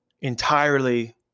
entirely